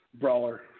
brawler